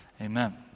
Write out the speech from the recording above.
Amen